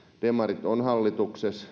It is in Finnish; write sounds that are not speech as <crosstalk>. demarit ovat hallituksessa <unintelligible>